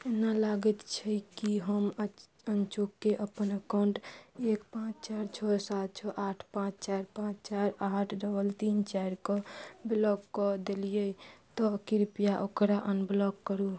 एना लागैत छै कि हम अ अनचोकहि अपन एकाउण्ट एक पाँच चारि छओ सात छओ आठ पाँच चारि पाँच चारि आठ डबल तीन चारिके ब्लॉक कऽ देलिए तऽ कृपया ओकरा अनब्लॉक करू